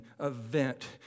event